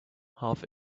half